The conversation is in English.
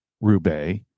Roubaix